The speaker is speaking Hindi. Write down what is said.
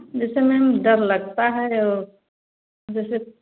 जैसे मैम डर लगता है और जैसे